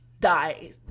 die